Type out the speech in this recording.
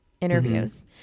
interviews